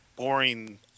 boring